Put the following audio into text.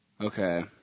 Okay